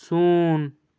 ᱥᱩᱱ